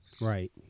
Right